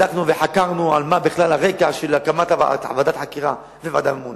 בדקנו וחקרנו מה הרקע של הקמת ועדת החקירה והוועדה הממונה,